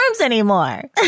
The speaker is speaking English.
anymore